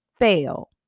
fail